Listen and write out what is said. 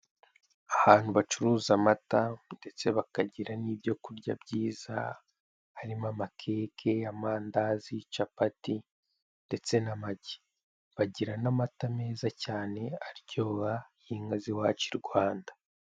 Ahantu bacuruza amata ndetse bakagira n'ibyo kurya byiza, harimo; amakeke, amandazi capati, ndetse n'amagi. Bagira n'amata meza cyane, aryoha, y'inka z'iwacu i Rwanda.